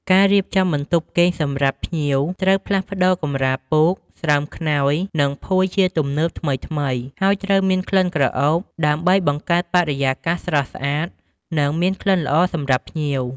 ការរៀបចំបន្ទប់គេងសម្រាប់ភ្ញៀវ ត្រូវផ្លាស់ប្តូរកម្រាលពូក ស្រោមខ្នើយ និងភួយជាទំនើបថ្មីៗ ហើយត្រូវមានក្លិនក្រអូប ដើម្បីបង្កើតបរិយាកាសស្រស់ស្អាត និងមានក្លិនល្អសម្រាប់ភ្ញៀវ។